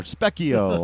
Speckio